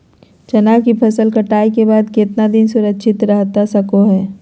चना की फसल कटाई के बाद कितना दिन सुरक्षित रहतई सको हय?